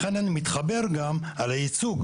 לכן אני מתחבר גם על הייצוג.